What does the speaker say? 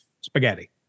Spaghetti